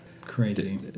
Crazy